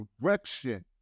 direction